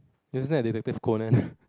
isn't that Detective Conan